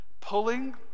pulling